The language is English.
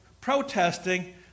protesting